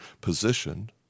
positioned